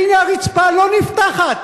והנה הרצפה לא נפתחת.